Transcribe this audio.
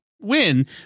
win